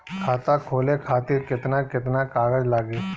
खाता खोले खातिर केतना केतना कागज लागी?